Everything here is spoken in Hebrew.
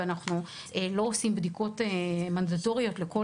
ואנחנו לא עושים בדיקות מנדטוריות לכל